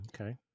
okay